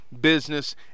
business